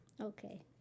Okay